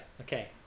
okay